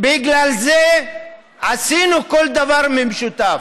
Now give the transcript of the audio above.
ובגלל זה עשינו כל דבר במשותף.